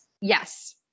Yes